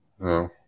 No